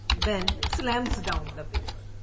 ben slams down the paper.